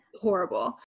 horrible